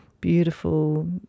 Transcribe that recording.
beautiful